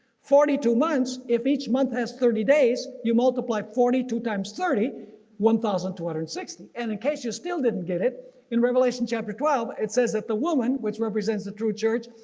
forty two months if each month has thirty days you multiply forty two times thirty one thousand two hundred sixty. and in case you still didn't get it in revelation chapter twelve it says that the woman, which represents the true church,